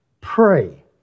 pray